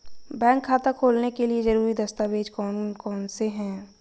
Bank खाता खोलने के लिए ज़रूरी दस्तावेज़ कौन कौनसे हैं?